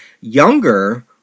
younger